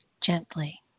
Gently